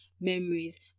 memories